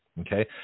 okay